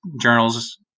journals